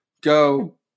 go